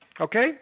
Okay